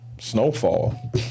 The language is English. Snowfall